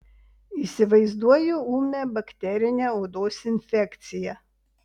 įsivaizduoju ūmią bakterinę odos infekciją